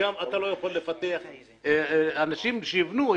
ואתה לא יכול לפתח אנשים שיבנו,